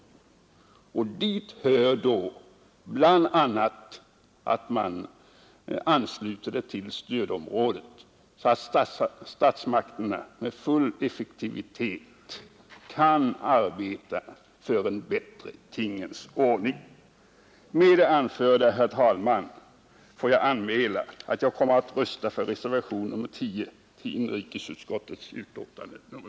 Till en sådan uppföljning hör bl.a. att man ansluter Öland till stödområdet, så att statsmakterna med full effektivitet kan arbeta för en bättre tingens ordning. Med det anförda, herr talman, får jag anmäla att jag kommer att rösta för reservation nr 10 till inrikesutskottets betänkande nr 7.